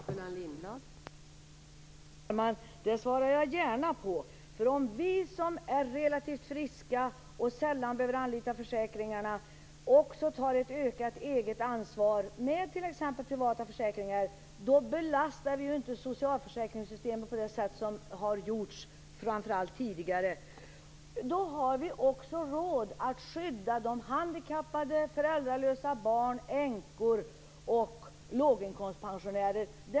Fru talman! Det svarar jag gärna på. Om vi som är relativt friska och sällan behöver anlita försäkringssystemen också tar ett eget ökat ansvar genom t.ex. privata försäkringar, då belastar vi inte socialförsäkringssystemet på det sätt som man tidigare har gjort. Då får vi också råd att skydda de handikappade, föräldralösa barn, änkor och låginkomstpensionärer.